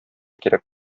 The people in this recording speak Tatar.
кирәк